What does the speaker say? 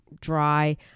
dry